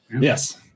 Yes